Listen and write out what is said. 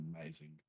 amazing